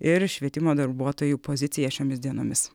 ir švietimo darbuotojų poziciją šiomis dienomis